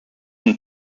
and